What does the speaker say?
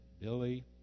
Billy